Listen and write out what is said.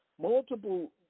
Multiple